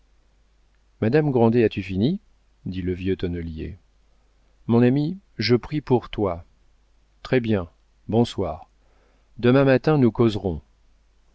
madame grandet as-tu fini dit le vieux tonnelier mon ami je prie pour toi très-bien bonsoir demain matin nous causerons